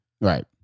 Right